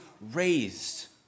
raised